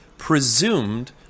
presumed